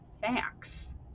facts